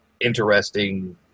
interesting